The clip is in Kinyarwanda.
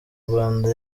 rwanda